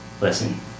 listen